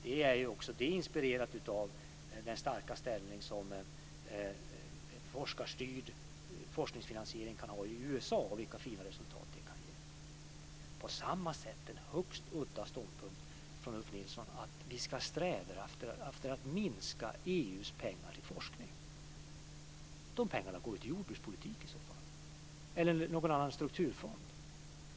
Det är inspirerat av den starka ställning som en forskarstyrd forskningsfinansiering kan ha i USA och vilka fina resultat det kan ge. På samma sätt är det en högst udda ståndpunkt från Ulf Nilsson att vi ska sträva efter att minska EU:s pengar till forskning. De pengarna går i så fall till jordbrukspolitik eller någon annan strukturfond.